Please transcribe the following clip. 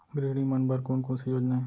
गृहिणी मन बर कोन कोन से योजना हे?